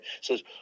Says